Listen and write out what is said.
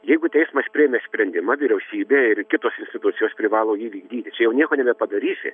jeigu teismas priėmė sprendimą vyriausybė ir kitos institucijos privalo jį vykdyti čia jau nieko nebepadarysi